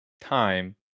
time